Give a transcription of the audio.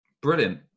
Brilliant